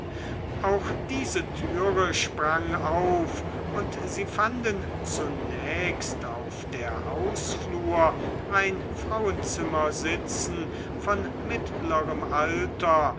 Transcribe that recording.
auch diese tür sprang auf und sie fanden zunächst auf der hausflur ein frauenzimmer sitzen von mittlerem alter